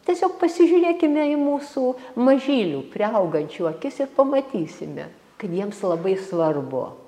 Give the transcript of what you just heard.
tiesiog pasižiūrėkime į mūsų mažylių priaugančių akis ir pamatysime kad jiems labai svarbu